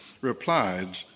replied